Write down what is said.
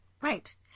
Right